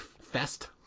fest